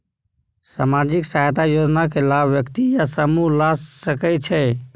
सामाजिक सहायता योजना के लाभ व्यक्ति या समूह ला सकै छै?